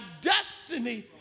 destiny